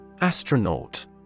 Astronaut